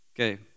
Okay